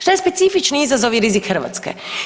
Šta je specifični izazov i rizik Hrvatske?